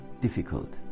difficult